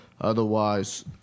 otherwise